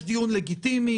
יש דיון לגיטימי,